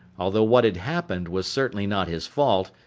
although what had happened was certainly not his fault,